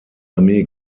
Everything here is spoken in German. armee